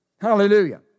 Hallelujah